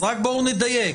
אז רק בואו נדייק.